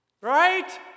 Right